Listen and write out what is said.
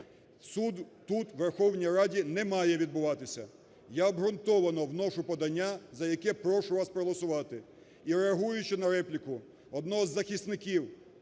Суд тут, в Верховній Раді, не має відбуватися. Я обґрунтовано вношу подання, за яке прошу вас проголосувати. І, реагуючи на репліку одного з захисників